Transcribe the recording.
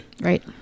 right